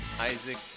isaac